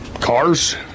cars